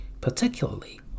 particularly